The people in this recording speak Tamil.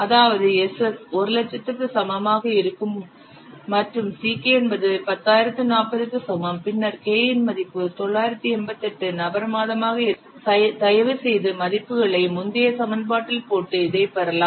அதாவது Ss 100000 க்கு சமமாக இருக்கும் மற்றும் Ck என்பது 10040 க்கு சமம் பின்னர் K இன் மதிப்பு 988 நபர் மாதமாக இருக்கிறது தயவுசெய்து மதிப்புகளைப் முந்தைய சமன்பாட்டில் போட்டு இதை பெறலாம்